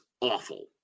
awful